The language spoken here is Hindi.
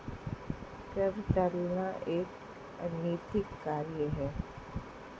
कर टालना एक अनैतिक कार्य है